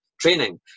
training